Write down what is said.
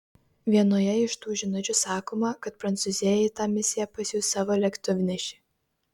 vienoje iš tų žinučių sakoma kad prancūzija į tą misiją pasiųs savo lėktuvnešį